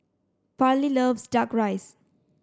parley loves duck rice